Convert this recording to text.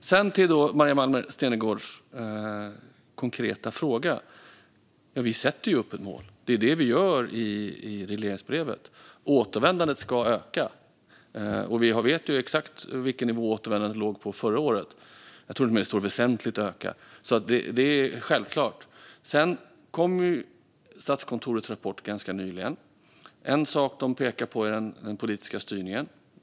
Sedan, när det gäller Maria Malmer Stenergards konkreta fråga, är svaret: Vi sätter ju upp ett mål. Det är det vi gör i regleringsbrevet. Återvändandet ska öka. Vi vet exakt vilken nivå återvändandet låg på förra året. Jag tror till och med att det står "väsentligt öka". Det är alltså självklart. Statskontorets rapport kom ganska nyligen. En sak de pekar på är den politiska styrningen.